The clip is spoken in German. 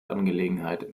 angelegenheit